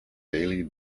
daily